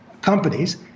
companies